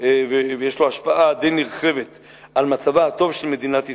ויש לו השפעה די נרחבת על מצבה הטוב של מדינת ישראל,